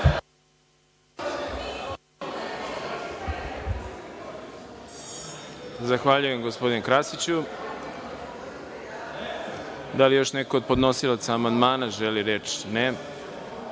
Zahvaljujem gospodine Krasiću. Da li još neko od podnosilaca amandmana želi reč?